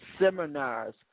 seminars